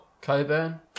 Coburn